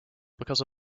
because